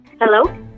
Hello